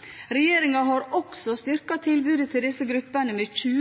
20